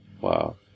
Wow